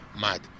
Mad